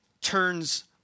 turns